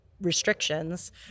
restrictions